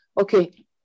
okay